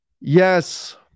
Yes